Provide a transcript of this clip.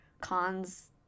cons